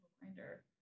reminder